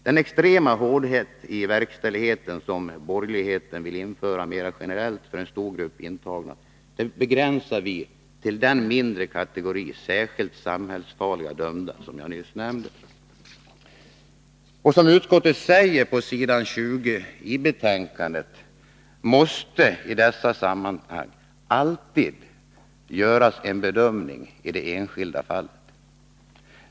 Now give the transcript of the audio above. Den extrema hårdhet i verkställigheten som borgerligheten vill införa mera generellt för en stor grupp intagna begränsar vi till den mindre kategori särskilt samhällsfarliga dömda som jag nyss nämnde. Som utskottet säger på s. 20 i betänkandet, måste i dessa sammanhang alltid göras en bedömning i det enskilda fallet.